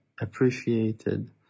appreciated